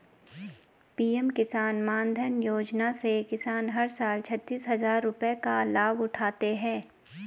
PM Kisan Maandhan Yojana से किसान हर साल छतीस हजार रुपये का लाभ उठाते है